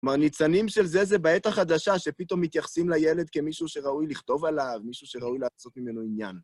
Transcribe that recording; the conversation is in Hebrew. כלומר, ניצנים של זה זה בעת החדשה, שפתאום מתייחסים לילד כמישהו שראוי לכתוב עליו, מישהו שראוי לעשות ממנו עניין.